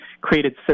created